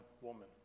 woman